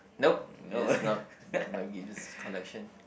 nope it's not might be this collection